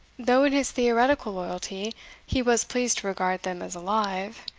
though in his theoretical loyalty he was pleased to regard them as alive,